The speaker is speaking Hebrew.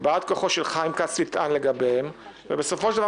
גם בהתאם לכתב האישום שהוגש מנסה לייחס לחיים כץ משהו שבוצע תוך כדי